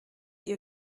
ihr